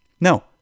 No